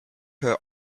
her